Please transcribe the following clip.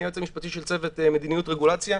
אני היועץ המשפטי של צוות מדיניות רגולציה,